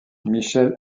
michel